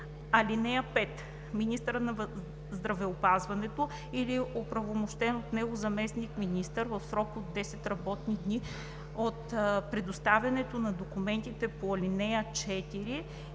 (5) Министърът на здравеопазването или оправомощен от него заместник-министър в срок до 10 работни дни от предоставянето на документите по ал. 4 и